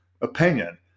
opinion